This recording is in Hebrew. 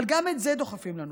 אבל גם את זה דוחפים לנו.